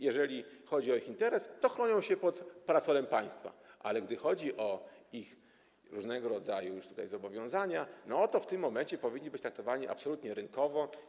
Jeżeli chodzi o ich interes, to chronią się pod parasolem państwa, ale gdy chodzi o ich różnego rodzaju zobowiązania, to w tym momencie powinni być traktowani absolutnie rynkowo.